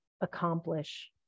accomplish